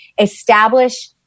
establish